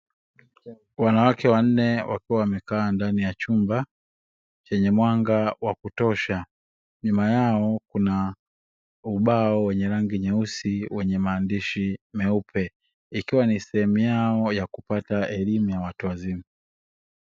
Wanawake wanne wakiwa wamekaa ndani ya chumba chenye mwanga wa kutosha, nyuma yao kuna ubao wenye rangi nyeusi wenye maandishi meupe, ikiwa ni sehemu yao ya kupata elimu ya watu wazima.